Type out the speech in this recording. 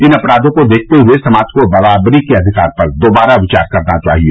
इन अपराधों को देखते हुए समाज को बराबरी के अधिकार पर दोबारा विचार करना चाहिए